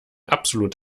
absolut